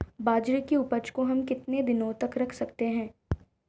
बाजरे की उपज को हम कितने दिनों तक रख सकते हैं?